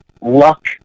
luck